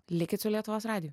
likit su lietuvos radiju